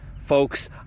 folks